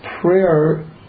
prayer